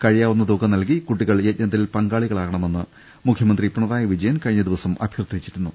കഴിയാവുന്ന തുക നൽകി കുട്ടികൾ യജ്ഞത്തിൽ പങ്കാളിക ളാകണമെന്ന് മുഖ്യമന്ത്രി പിണറായി വിജയൻ കഴിഞ്ഞദിവസം അഭ്യർത്ഥി ച്ചിരുന്നു